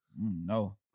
No